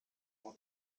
pour